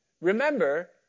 Remember